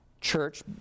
church